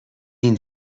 این